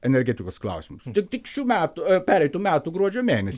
energetikos klausimus tik tik šių metų pereitų metų gruodžio mėnesį